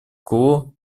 кво